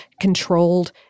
controlled